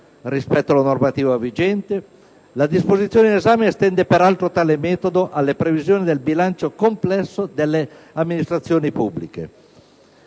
rispetto alla normativa vigente, la disposizione in esame estende peraltro tale metodo alle previsioni di bilancio del complesso delle amministrazioni pubbliche.